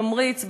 תמריץ,